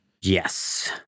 Yes